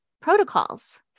protocols